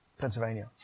Pennsylvania